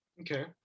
Okay